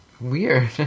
weird